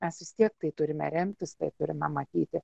mes vis tiek tai turime remtis tai turime matyti